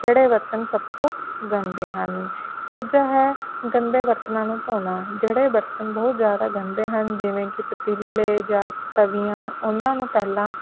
ਕਿਹੜੇ ਬਰਤਨ ਸਭ ਤੋਂ ਗੰਦੇ ਹਨ ਦੂਜਾ ਹੈ ਗੰਦੇ ਬਰਤਨਾਂ ਨੂੰ ਧੋਣਾ ਜਿਹੜੇ ਬਰਤਨ ਬਹੁਤ ਜ਼ਿਆਦਾ ਗੰਦੇ ਹਨ ਜਿਵੇਂ ਕਿ ਪਤੀਲੇ ਜਾਂ ਤਵੀਆਂ ਉਹਨਾਂ ਨੂੰ ਪਹਿਲਾਂ